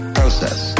process